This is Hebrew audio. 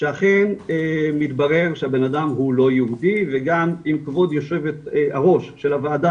שאכן מתברר שהבנאדם הוא לא יהודי וגם אם כבוד יו"ר של הוועדה,